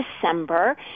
December